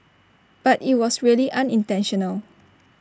but IT was really unintentional